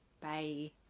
bye